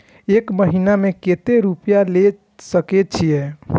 एक महीना में केते रूपया ले सके छिए?